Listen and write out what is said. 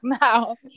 now